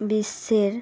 বিশ্বের